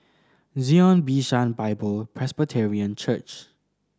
Zion Bishan Bible Presbyterian Church